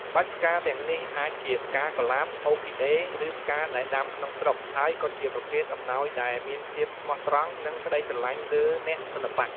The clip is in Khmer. បាច់ផ្កាទាំងនេះអាចជា ផ្កាកុលាប អ៊ូឃីដេ ឬផ្កាដែលដាំក្នុងស្រុក ហើយក៏ជាប្រភេទអំណោយដែលមានភាពស្មោះត្រង់ និងក្តីស្រឡាញ់លើអ្នកសិល្បៈ។